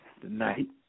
tonight